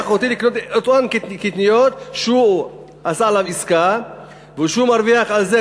ואני מוכרח לקנות מאותו מוצר שהוא שם לי,